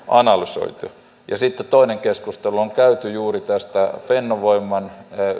analysoitu sitten toinen keskustelu on käyty juuri tästä fennovoiman